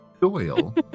Doyle